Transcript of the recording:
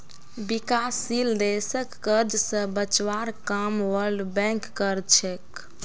विकासशील देशक कर्ज स बचवार काम वर्ल्ड बैंक कर छेक